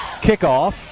kickoff